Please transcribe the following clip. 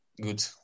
good